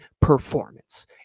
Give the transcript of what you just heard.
performance